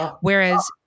Whereas